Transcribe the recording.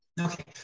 Okay